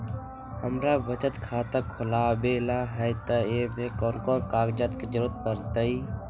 हमरा बचत खाता खुलावेला है त ए में कौन कौन कागजात के जरूरी परतई?